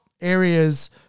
areas